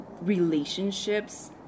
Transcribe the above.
relationships